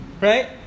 Right